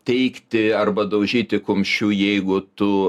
teigti arba daužyti kumščiu jeigu tu